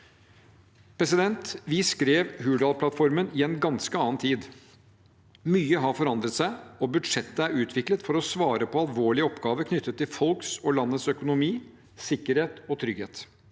globalt. Vi skrev Hurdalsplattformen i en ganske annen tid. Mye har forandret seg. Budsjettet er utviklet for å svare på alvorlige oppgaver knyttet til folks og landets økonomi, sikkerhet og trygghet.